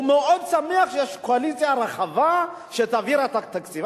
הוא מאוד שמח שיש קואליציה רחבה שתעביר את התקציב.